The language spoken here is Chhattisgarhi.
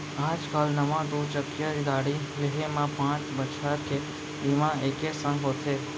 आज काल नवा दू चकिया गाड़ी लेहे म पॉंच बछर के बीमा एके संग होथे